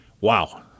wow